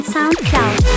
SoundCloud